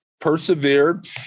persevered